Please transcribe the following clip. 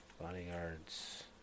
bodyguards